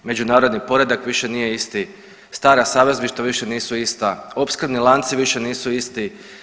Međunarodni poredak više nije isti, stara savezništva više nisu ista, opskrbni lanci više nisu isti.